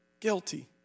guilty